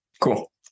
Cool